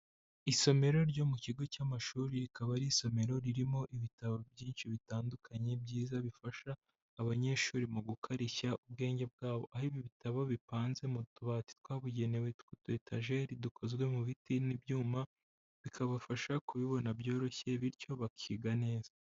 Isomero ryo mu kigo cy'amashuri, rikaba ari isomero ririmo ibitabo byinshi bitandukanye byiza, bifasha abanyeshuri mu gukarishya ubwenge bwabo, aho ibitabo bipanze mu tubati twabugenewe tw'utwetajeri, dukozwe mu biti n'ibyuma bikabafasha kubibona byoroshye bityo bakiga neza.